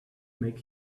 make